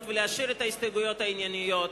ולהשאיר את ההסתייגויות הענייניות,